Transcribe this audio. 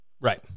Right